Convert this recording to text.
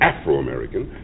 Afro-American